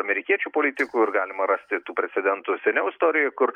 amerikiečių politikų ir galima rasti tų precedentų seniau istorijoj kur